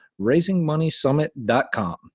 raisingmoneysummit.com